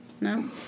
No